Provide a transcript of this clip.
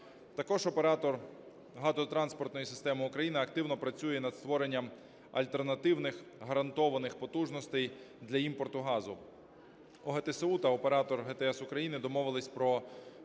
Також Оператор газотранспортної системи України активно працює над створенням альтернативних гарантованих потужностей для імпорту газу. ОГТСУ та Оператор ГТС України домовились про